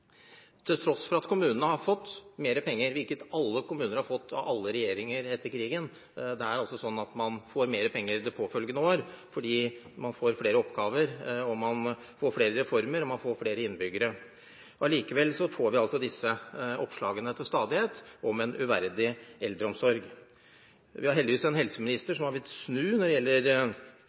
til tross for at kommunene har fått mer penger – hvilket alle kommuner har fått av alle regjeringer etter krigen. Det er altså sånn at man får mer penger det påfølgende år, fordi man får flere oppgaver, flere reformer og flere innbyggere. Likevel får vi til stadighet disse oppslagene om en uverdig eldreomsorg. Vi har heldigvis en helseminister som har villet snu når det gjelder